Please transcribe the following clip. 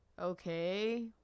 okay